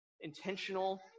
intentional